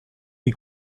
est